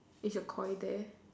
is your Koi there